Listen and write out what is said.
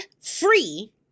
free